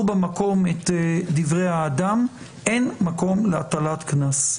במקום את דברי האדם אין מקום להטלת קנס.